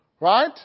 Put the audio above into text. right